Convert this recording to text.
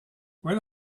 when